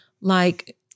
like-